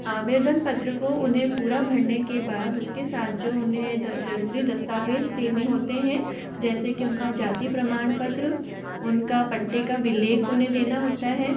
आवेदन पत्र को उन्हें पूरा भरने के बाद उसके साथ जो उन्हें जरूरी दस्तावेज देने होते हैं जैसे कि उनका जाति प्रमाण पत्र उनका पट्टे का विलेख होने देना होता है